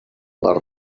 les